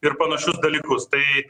ir panašius dalykus tai